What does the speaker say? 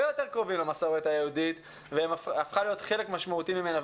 יותר קרובים למסורת היהודית והיא הפכה להיות חלק משמעותי מהם,